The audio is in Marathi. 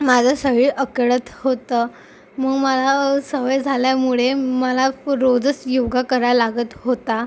माझं शरीर अकडत होतं मग मला सवय झाल्यामुळे मला रोजच योगा कराया लागत होता